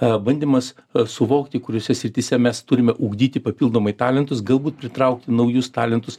a bandymas a suvokti kuriose srityse mes turime ugdyti papildomai talentus galbūt pritraukt naujus talentus